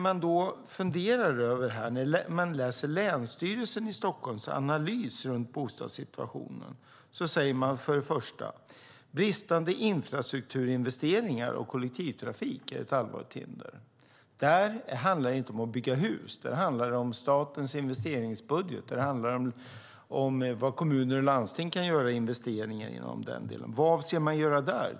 I Länsstyrelsen i Stockholms analys av bostadssituationen säger man först och främst att bristande infrastrukturinvesteringar och kollektivtrafik är ett allvarligt hinder. Det handlar inte om att bygga hus. Det handlar om statens investeringsbudget. Det handlar om vilka investeringar kommuner och landsting kan göra inom den delen. Vad avser man att göra där?